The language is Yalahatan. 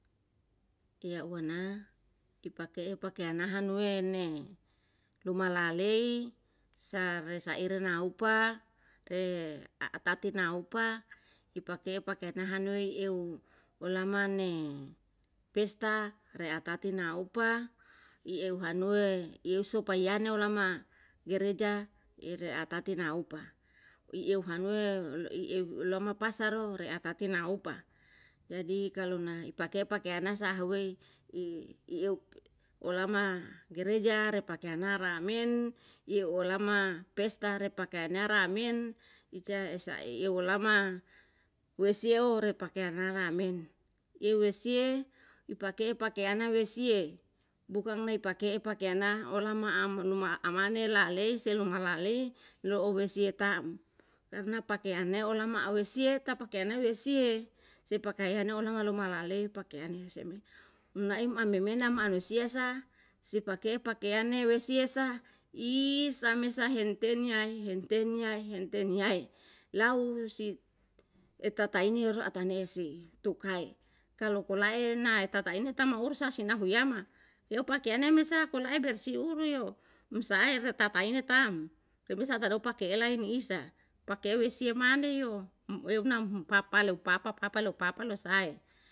Tia ua na i pake'e pakean na hanue ne luma la'a lei sare saere na upa re ata ti na upa i pake pakeana hanue eu olama ne pesta re atati na upa i eu hanue ieu sopa yane olama gereja ire atati na upa i eu hanue i eu lama pasaro re ata teni upa jadi kalu na ipake pakean na sa ahuei i eu olama gereja repakean na ramen i olama pesta re pakean ne ramen ica esa e olama wesio re pakean na ramen i we sie i pa ke'e pakean na wesie bukan nai pake'e pakean na olama mane la'a lei selu ma la'a lei lo oue sia taam karna pakean ne olama awesie ta pakean na we'e sie se pakean na ona ma luma la'a lei pakean ne muna e mame mena manusia sa si pake pakean ne we sie sa i same sa henten yahi henten yahi heneten yae lau si eta ta ini yoro ata ne'e si tukae kalo ko lae nae tata ini tam mour sa sinahu yama yau pakean ne mesa kola'e bersih uri o mosa ae re tata ini taam remesa tado pake'e lai ni isa pake eu wesie mane yo eu na papa leo papa papa leo papa lo sae